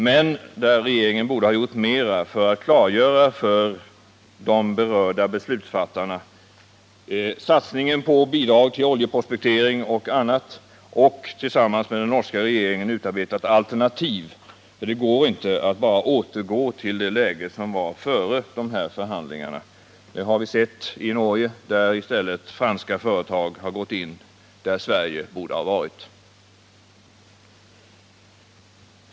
Men regeringen borde ha gjort mera för att klargöra för de berörda beslutsfattarna förutsättningarna för bidrag till oljeprospektering och annat samt tillsammans med den norska regeringen ha utarbetat alternativ. Det var nämligen inte möjligt att bara återgå till läget före dessa förhandlingar. Det har vi sett i Norge, där i stället franska företag har gått in och tagit den plats som Sverige borde ha haft. 4.